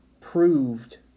Proved